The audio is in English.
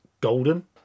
golden